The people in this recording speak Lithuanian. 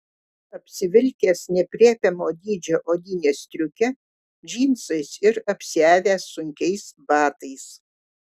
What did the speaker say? apsivilkęs neaprėpiamo dydžio odine stiuke džinsais ir apsiavęs sunkiais batais